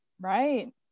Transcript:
Right